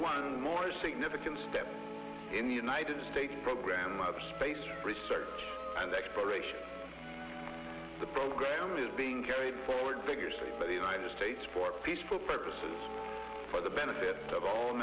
one more significant step in the united states program of space research and exploration the program is being carried forward vigorously by the united states for peaceful purposes for the benefit of all